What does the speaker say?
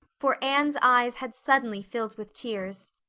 for anne's eyes had suddenly filled with tears.